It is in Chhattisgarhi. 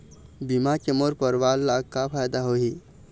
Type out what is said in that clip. बीमा के मोर परवार ला का फायदा होही?